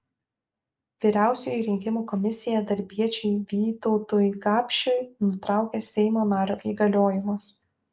vyriausioji rinkimų komisija darbiečiui vytautui gapšiui nutraukė seimo nario įgaliojimus